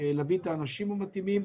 להביא את האנשים המתאימים,